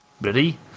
ready